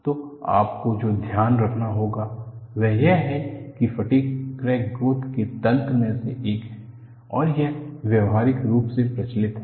तो आपको जो ध्यान रखना होगा वह यह है कि फटीग क्रैक ग्रोथ के तंत्र में से एक है और यह व्यापक रूप से प्रचलित है